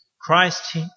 Christ